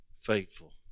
faithful